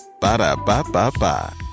Ba-da-ba-ba-ba